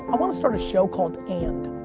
i want to start a show called and.